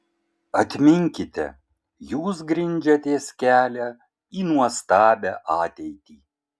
atminkite jūs grindžiatės kelią į nuostabią ateitį